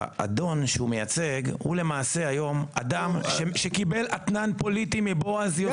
האדון שהוא מייצג הוא למעשה היום אדם שקיבל אתנן פוליטי מבועז יוסף.